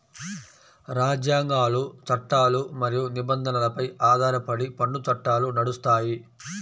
రాజ్యాంగాలు, చట్టాలు మరియు నిబంధనలపై ఆధారపడి పన్ను చట్టాలు నడుస్తాయి